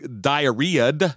diarrhea